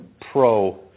pro